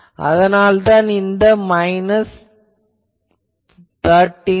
அதனால்தான் minus 13dB